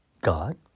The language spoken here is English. God